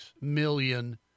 million